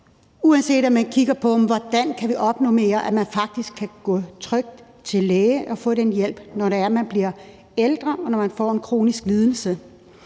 Uanset hvad skal vi kigge på, hvordan vi kan opnormere, så man faktisk kan gå trygt til læge og få hjælp, når man bliver ældre, og når man får en kronisk lidelse.